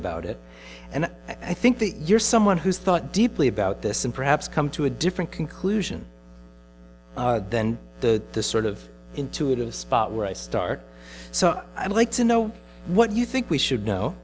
about it and i think you're someone who's thought deeply about this and perhaps come to a different conclusion then this sort of intuitive spot where i start so i'd like to know what you think we should know